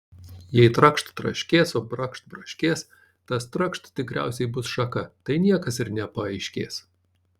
jei trakšt traškės o brakšt braškės tas trakšt tikriausiai bus šaka tai niekas ir nepaaiškės